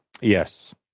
Yes